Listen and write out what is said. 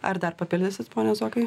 ar dar papildysit pone zuokai